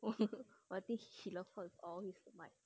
oh I think he love her with all his might